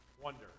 wonder